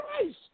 Christ